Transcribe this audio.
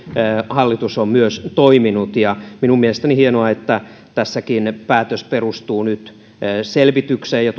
hallitus on myös toiminut minun mielestäni on hienoa että tässäkin päätös perustuu nyt tutkittuun tietoon ja